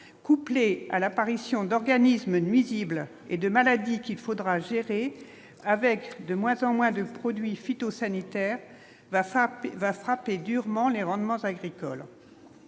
couplé à l'apparition d'organismes nuisibles et de maladies qu'il faudra gérer avec de moins en moins de produits phytosanitaires va ça va frapper durement les rendements agricole.